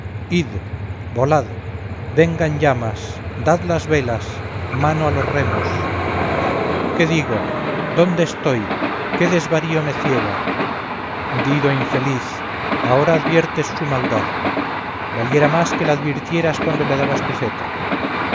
volad vengan llamas dad las velas mano a los remos qué digo dónde estoy qué desvarío me ciega dido infeliz ahora adviertes su maldad valiera más que la advirtieras cuando le dabas tu cetro